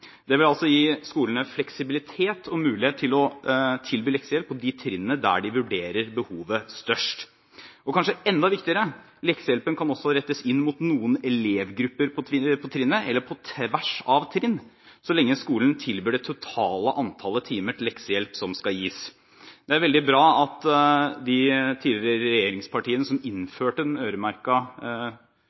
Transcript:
Det vil gi skolene fleksibilitet og mulighet til å tilby leksehjelp på de trinnene der de vurderer behovet størst, og – kanskje enda viktigere – leksehjelpen kan også rettes inn mot noen elevgrupper på trinnet, eller på tvers av trinn, så lenge skolen tilbyr det totale antallet timer til leksehjelp som skal gis. Det er veldig bra at de tidligere regjeringspartiene – som innførte